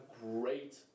great